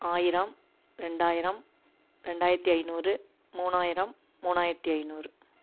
ஆயிரம் ரெண்டாயிரம் ரெண்டாயிரத்தி ஐந்நூறு மூணாயிரம் மூணாயிரத்தி ஐந்நூறு